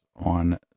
on